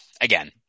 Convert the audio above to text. again